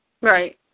Right